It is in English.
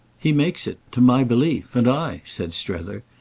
he makes it to my belief. and i, said strether,